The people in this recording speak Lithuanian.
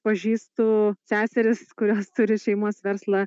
pažįstu seseris kurios turi šeimos verslą